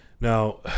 Now